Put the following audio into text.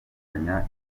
gufunga